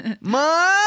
Mom